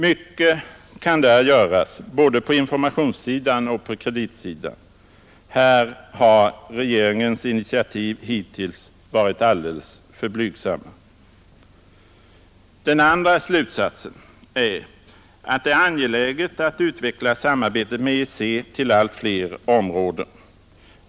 Mycket kan där göras både på informationssidan och på kreditsidan. Här har regeringens initiativ hittills varit alldeles för blygsamma. Den andra slutsatsen är att det är angeläget att utveckla samarbetet med EEC till allt fler områden.